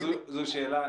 גם זו שאלה.